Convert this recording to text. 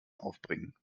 aufbringen